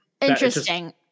Interesting